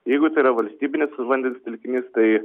jeigu tai yra valstybinis vandens telkinys tai